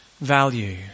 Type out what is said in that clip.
value